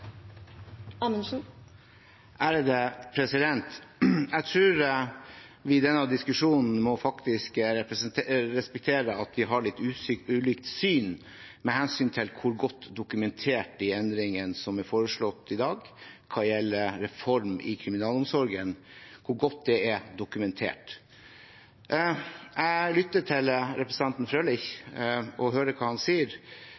Jeg tror vi i denne diskusjonen faktisk må respektere at vi har litt ulikt syn med hensyn til hvor godt dokumentert de endringene som er foreslått i dag hva gjelder reform i kriminalomsorgen, er. Jeg lytter til representanten Frølich og hører hva han sier. Jeg tror ikke representanten Frølich egentlig mener alt det han sier.